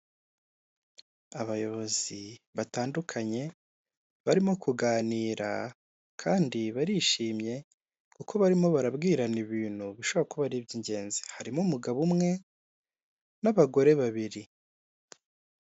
Abayobozi batandukanye barimo kuganira kandi barishimye kuko barimo barabwirana ibintu bishobora kuba ari ibyingenzi harimo umugabo umwe n'abagore babiri .